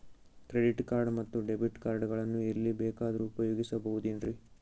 Credit card ಮತ್ತು debit card ಗಳನ್ನು ಎಲ್ಲಿ ಬೇಕಾದ್ರು ಉಪಯೋಗಿಸಬಹುದೇನ್ರಿ?